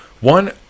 One